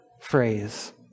phrase